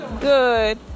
Good